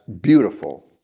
beautiful